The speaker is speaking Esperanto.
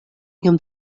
iom